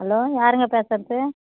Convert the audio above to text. hello யாருங்க பேசறது